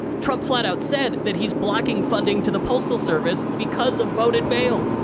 trump flat-out said that he's blocking funding to the postal service, because of vote in mail.